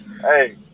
Hey